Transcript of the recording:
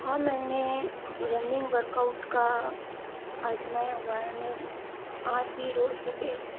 हाँ मैंने running workout का आजमाया हुआ है मैं आज भी रोज़ सुबह